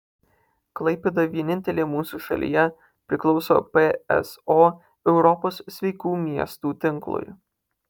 klaipėda vienintelė mūsų šalyje priklauso pso europos sveikų miestų tinklui